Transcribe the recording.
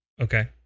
Okay